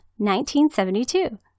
1972